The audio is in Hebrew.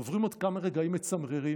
עוברים עוד כמה רגעים מצמררים,